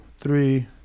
three